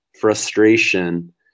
frustration